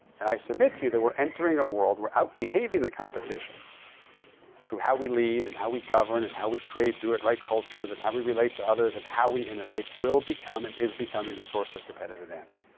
and i submit to you that we're entering a world where outbehaving the competition through how we lead, and how we govern, and how we create do it right cultures, and how we relate to others, and how we innovate will become and is becoming the source of competitive advantage.